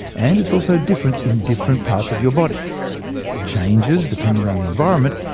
and it's also different in different parts of your body. it changes depending on the environment.